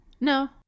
No